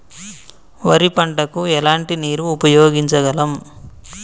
వరి పంట కు ఎలాంటి నీరు ఉపయోగించగలం?